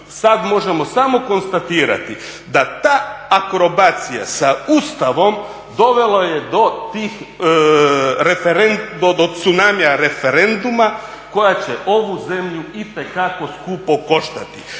sad možemo samo konstatirati da ta akrobacija sa Ustavom dovela je do tih tsunamija referenduma koja će ovu zemlju itekako skupo koštati.